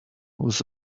was